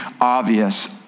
obvious